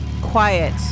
quiet